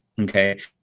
okay